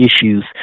issues